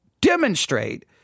demonstrate